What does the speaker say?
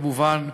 כמובן,